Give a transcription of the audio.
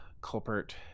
culprit